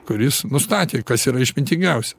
kuris nustatė kas yra išmintingiausia